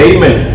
Amen